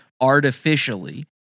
artificially